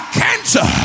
cancer